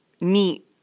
neat